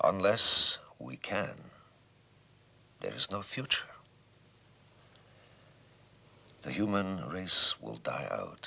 unless we can there's no future the human race will die out